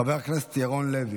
חבר הכנסת ירון לוי.